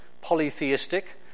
polytheistic